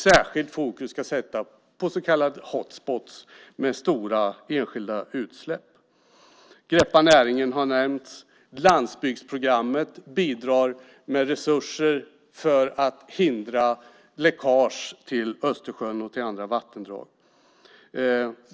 Särskild fokus ska sättas på så kallade hot spots med stora enskilda utsläpp. Här har nämnts Greppa näringen. Landsbygdsprogrammet bidrar med resurser för att hindra läckage till Östersjön och till andra vattendrag.